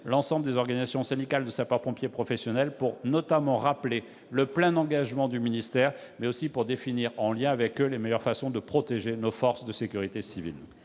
l'ensemble des organisations syndicales de sapeurs-pompiers professionnels, non seulement pour rappeler le plein engagement du ministère, mais aussi pour définir avec eux les meilleures façons de protéger nos forces de sécurité civile.